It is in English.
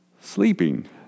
sleeping